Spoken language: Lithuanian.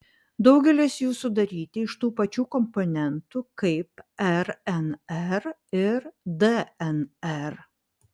daugelis jų sudaryti iš tų pačių komponentų kaip rnr ir dnr